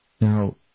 Now